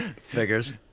Figures